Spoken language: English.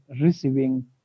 receiving